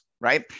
right